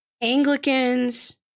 Anglicans